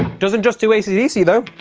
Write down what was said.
doesn't just do ac dc though